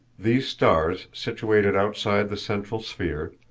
these stars, situated outside the central sphere,